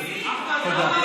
תודה.